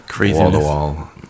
wall-to-wall